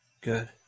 Good